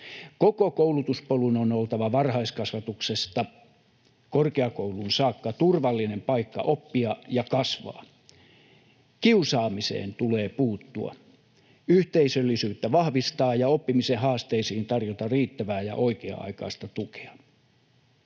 Koko koulutuspolun on oltava varhaiskasvatuksesta korkeakouluun saakka turvallinen paikka oppia ja kasvaa. Kiusaamiseen tulee puuttua, yhteisöllisyyttä vahvistaa ja oppimisen haasteisiin tarjota riittävää ja oikea-aikaista tukea.